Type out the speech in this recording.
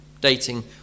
dating